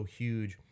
huge